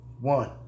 One